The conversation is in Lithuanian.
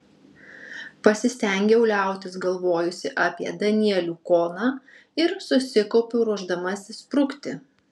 pasistengiau liautis galvojusi apie danielių koną ir susikaupiau ruošdamasi sprukti